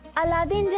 aladdin.